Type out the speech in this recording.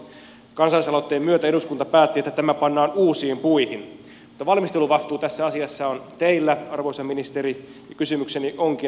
kansalaisaloitteen myötä eduskunta päätti että tämä pannaan uusiin puihin mutta valmisteluvastuu tässä asiassa on teillä arvoisa ministeri ja kysymykseni onkin